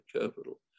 capital